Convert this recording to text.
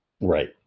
right